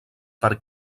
per